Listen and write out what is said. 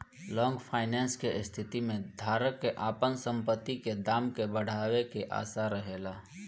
long finance के स्थिति में धारक के आपन संपत्ति के दाम के बढ़ावे के आशा रहेला